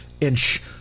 inch